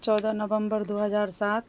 چودہ نومبر دو ہزار سات